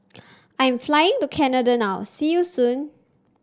I am flying to Canada now See you soon